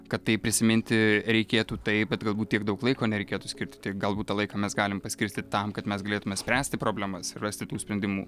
kad tai prisiminti reikėtų taip bet galbūt tiek daug laiko nereikėtų skirti tai galbūt tą laiką mes galim paskirstyt tam kad mes galėtume spręsti problemas ir rasti tų sprendimų